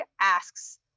asks